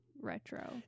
retro